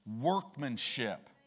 workmanship